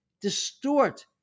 distort